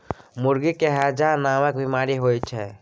मुर्गी के हैजा नामके बेमारी होइ छै